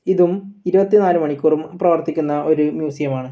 ഇതും ഇരുപത്തി നാല് മണിക്കൂറും പ്രവർത്തിക്കുന്ന ഒരു മ്യൂസിയമാണ്